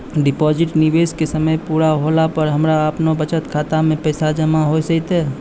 Deposit निवेश के समय पूरा होला पर हमरा आपनौ बचत खाता मे पैसा जमा होय जैतै?